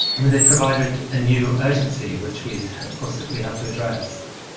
i mean, they provided a new urgency which we, of course, simply have to address.